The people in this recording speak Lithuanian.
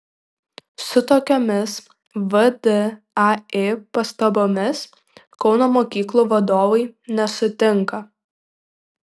su tokiomis vdai pastabomis kauno mokyklų vadovai nesutinka